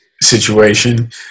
situation